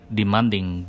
demanding